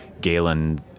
Galen